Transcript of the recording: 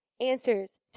answers